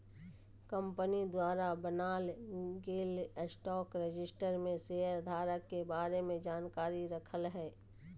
company द्वारा बनाल गेल स्टॉक रजिस्टर में शेयर धारक के बारे में जानकारी रखय हइ